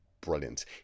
brilliant